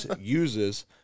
uses